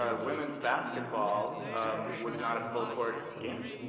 ah women's basketball was not a full court game,